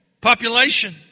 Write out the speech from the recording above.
population